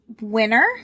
winner